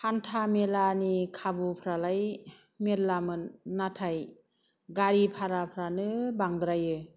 हान्था मेलानि खाबुफ्रालाय मेल्लामोन नाथाय गारि भाराफ्रानो बांद्रायो